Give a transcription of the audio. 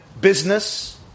Business